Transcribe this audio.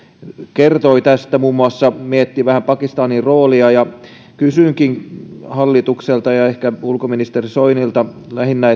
kertoi tästä muun muassa mietti pakistanin roolia ja kysynkin hallitukselta ehkä ulkoministeri soinilta lähinnä